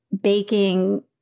baking